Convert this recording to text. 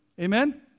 Amen